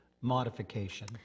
modification